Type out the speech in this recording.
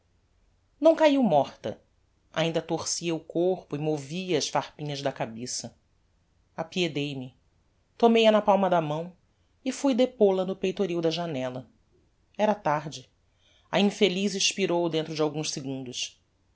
não caíu morta ainda torcia o corpo e movia as farpinhas da cabeça apiedei me tomei a na palma da mão e fui depol a no peitoril da janella era tarde a infeliz expirou dentro de alguns segundos